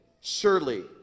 Surely